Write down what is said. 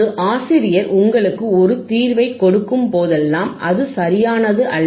ஒரு ஆசிரியர் உங்களுக்கு ஒரு தீர்வைக் கொடுக்கும் போதெல்லாம் அது சரியானது அல்ல